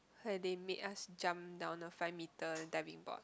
where they make us jump down a five meter diving board